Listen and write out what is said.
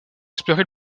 explorer